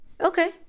Okay